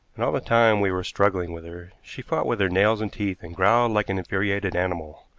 and all the time we were struggling with her she fought with her nails and teeth, and growled like an infuriated animal.